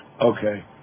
Okay